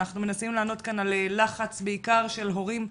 אנחנו מנסים לענות כאן על לחץ, בעיקר של הורים,